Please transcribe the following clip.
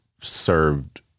served